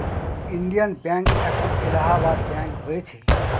Indian Bank এখন Allahabad Bank হয়েছে